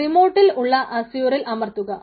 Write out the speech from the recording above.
റിമോട്ടിൽ ഉള്ള അസ്യൂറിൽ അമർത്തുക